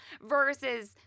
versus